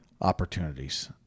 opportunities